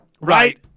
Right